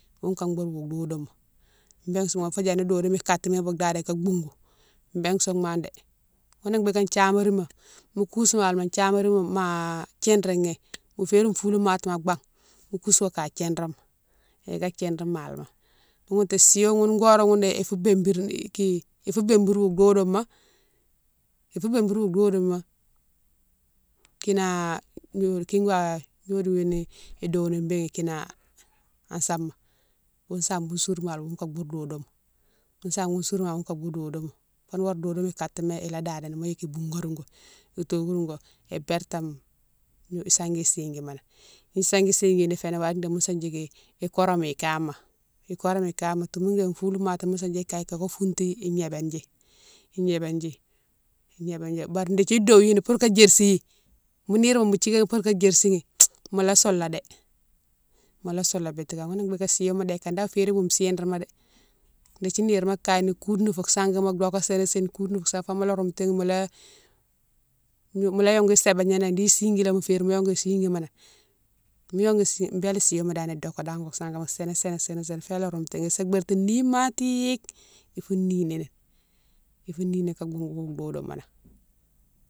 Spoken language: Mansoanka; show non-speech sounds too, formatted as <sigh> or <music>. Ghoune ka bou wo dodoma béne souma fo diani dodoma ikade ma bou dadé ka bougou béne souma dé, ghounné bigué u'thiamarima mo kousou malima u'thiamarima ma thirighi mo féine foulou matima an baghme mo kousou ka thirine ma ila thirine malima, wouté siyone ghoune- ghoune horé ghoune ifou bimbiri ki, ifou bimbiri wo dodoma, ifou bimbiri wo dodoma kinan <hesitation> kina gnodiou ghoune idouilne ni béne kinan sama, wo same sourou malima ka bou dodoma, wo same wo sourou malima ka bou dodoma, fo horé minan dodoma kade ma ila dadani mola yike ibougari go, itogorine go, ibertame isangui siguima nan. Younne isangui sigui yé fénan wame dé mosa djiki ikorame ikama, ikorame ikama toumoudéne foulou matima mosa djike kaye kaka fountou ignébédji- ignébédji- ignébédji bari dékdi douilne dji pour ka djersiyi mo nirema mo djikéyi pour ka djersiyi <noise> mola soula dé, mola soulé biti kama ghounné biké siyoma dé ikane dane férine wo chig-réma dé, dékdi nirema kaye ni koude ni fou sanguima doké sini- sini koude ni son fou mola roumtini mola- mola yongouni sabagna nan ni sigui nimo férine mo yongou siguima nan, mo yongou, bélé siyoma dani doké dane wo sangama sini- sini- sini- sini fo ila roumtighi isa berti ni mati fou ni ninine ifou ni ninine ka bougone wo dodoma nan.